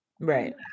right